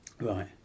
Right